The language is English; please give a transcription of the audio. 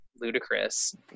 ludicrous